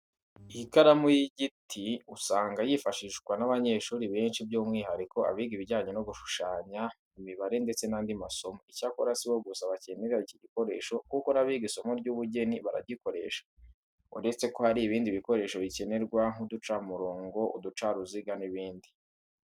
Ikaramu y'igiti usanga yifashishwa n'abanyeshuri benshi byumwihariko abiga ibijyanye no gushushanya, imibare ndetse n'andi masomo. Icyakora si bo gusa bakenera iki gikoresho kuko n'abiga isomo ry'ubugeni barayikoresha. Uretse ko hari ibindi bikoresho bikenerwa nk'uducamurongo, uducaruziga n'ibindi.